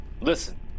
listen